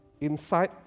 inside